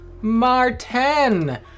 Martin